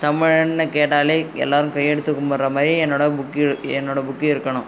தமிழன்னு கேட்டாலே எல்லாரும் கையெடுத்து கும்பிடற மாதிரி என்னோடய புக் என்னோடய புக் இருக்கணும்